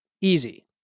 easy